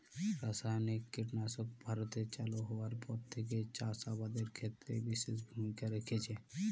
রাসায়নিক কীটনাশক ভারতে চালু হওয়ার পর থেকেই চাষ আবাদের ক্ষেত্রে বিশেষ ভূমিকা রেখেছে